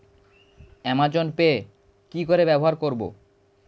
Amazon Pay কি করে ব্যবহার করব?